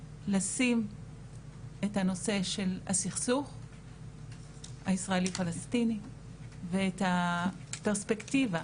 לשים את הנושא של הסכסוך הישראלי-פלסטיני ואת הפרספקטיבה